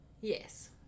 Yes